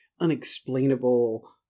unexplainable